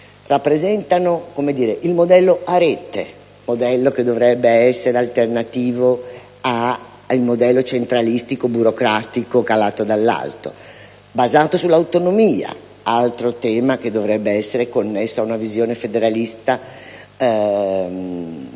rappresentano un modello a rete (che dovrebbe essere alternativo al modello centralistico e burocratico calato dall'alto), basato sull'autonomia (altro tema che dovrebbe essere connesso ad una visione federalista